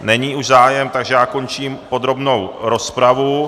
Není už zájem, takže končím podrobnou rozpravu.